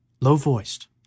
low-voiced